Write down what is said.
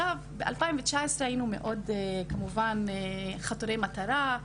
בשנת 2019 היינו כמובן מאוד חדורי מטרה.